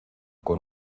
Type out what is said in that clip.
con